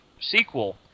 sequel